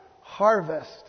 harvest